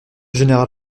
général